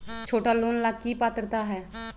छोटा लोन ला की पात्रता है?